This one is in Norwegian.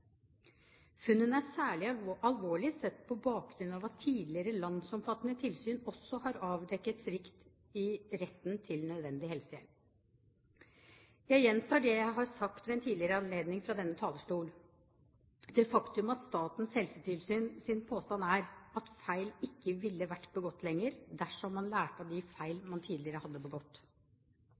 Funnene er særlig alvorlige sett på bakgrunn av at tidligere landsomfattende tilsyn også har avdekket svikt i retten til nødvendig helsehjelp. Jeg gjentar det jeg har sagt ved en tidligere anledning fra denne talerstolen: Statens helsetilsyns påstand er at feil ikke lenger ville vært begått, dersom man lærte av de feil man tidligere hadde begått.